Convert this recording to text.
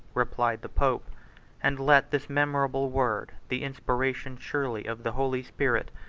replied the pope and let this memorable word, the inspiration surely of the holy spirit,